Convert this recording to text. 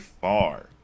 far